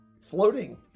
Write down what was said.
floating